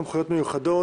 תקנות סמכויות מיוחדות